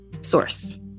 source